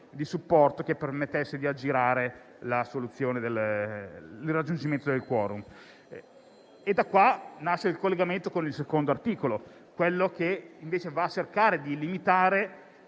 di supporto, che permettesse di aggirare il raggiungimento del *quorum*. Da qui nasce il collegamento con il secondo articolo, che va a cercare di limitare